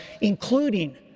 including